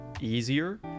easier